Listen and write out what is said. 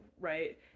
right